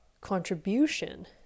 contribution